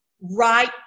right